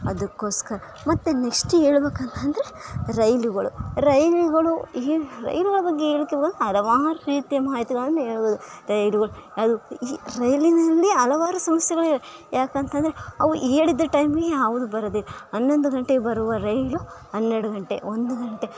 ಅದಕ್ಕೋಸ್ಕರ ಮತ್ತು ನೆಕ್ಸ್ಟ್ ಹೇಳ್ಬೇಕ್ ಅಂತಂದರೆ ರೈಲುಗಳು ರೈಲುಗಳು ರೈಲುಗಳ ಬಗ್ಗೆ ಹೇಳ್ಬೇಕ್ ಅಂದ್ರೆ ಹಲವಾರ್ ರೀತಿಯ ಮಾಹಿತಿಗಳನ್ನು ನೀಡ್ಬೇಕು ರೈಲುಗಳು ಅದು ಈ ರೈಲಿನಲ್ಲಿ ಹಲವಾರು ಸಮಸ್ಯೆಗಳಿವೆ ಯಾಕಂತಂದರೆ ಅವು ಹೇಳಿದ ಟೈಮಿಗೆ ಯಾವುದು ಬರೋದಿಲ್ಲ ಹನ್ನೊಂದು ಗಂಟೆಗೆ ಬರುವ ರೈಲು ಹನ್ನೆರಡು ಗಂಟೆ ಒಂದು ಗಂಟೆ